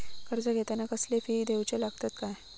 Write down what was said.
कर्ज घेताना कसले फी दिऊचे लागतत काय?